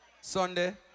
Sunday